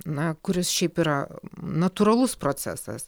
na kuris šiaip yra natūralus procesas